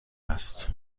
هست